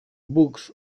books